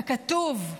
ככתוב: